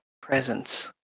presence